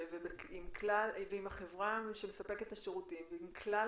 עם החברה שמספקת את השירותים ועל כלל